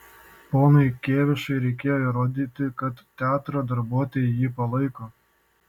ponui kėvišui reikėjo įrodyti kad teatro darbuotojai jį palaiko